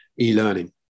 e-learning